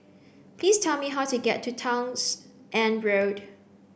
please tell me how to get to Townshend Road